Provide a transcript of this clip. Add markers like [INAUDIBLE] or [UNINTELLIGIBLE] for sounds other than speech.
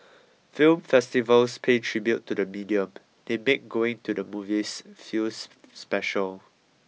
film festivals pay tribute to the medium they make going to the movies feel [UNINTELLIGIBLE] special